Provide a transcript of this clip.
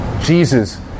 Jesus